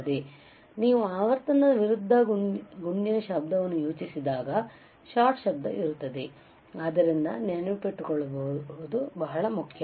ಆದ್ದರಿಂದ ನೀವು ಆವರ್ತನದ ವಿರುದ್ಧ ಗುಂಡಿನ ಶಬ್ದವನ್ನು ಯೋಜಿಸಿದಾಗ ಅ ಶಾಟ್ ಶಬ್ದ ಇರುತ್ತದೆ ಆದ್ದರಿಂದ ನೆನಪಿಟ್ಟುಕೊಳ್ಳುವುದು ಬಹಳ ಮುಖ್ಯ